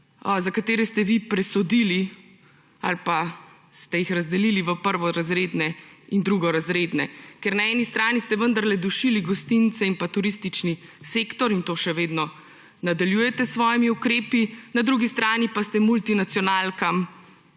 za katere ste vi presodili ali pa ste jih razdelili v prvorazredne in drugorazredne. Ker na eni strani ste vendarle dušili gostince in turistični sektor in to še vedno nadaljujete s svojimi ukrepi, na drugi strani pa ste multinacionalkam